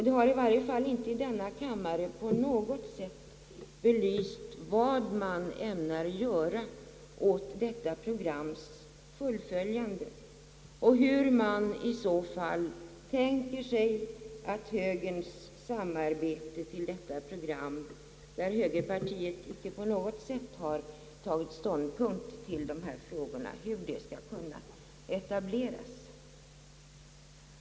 Det har i varje fall inte i denna kammare upplysts om vad man ämnar göra åt detta programs fullföljande och hur man i så fall tänker sig att högerns samarbete när det gäller detta program — högerpartiet har inte på något sätt tagit ståndpunkt till dessa förslag — skall kunna etableras.